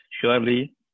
Surely